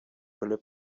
элеп